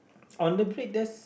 on the big desk